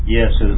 Yes